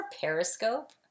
Periscope